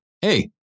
Hey